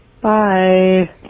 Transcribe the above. Bye